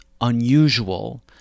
unusual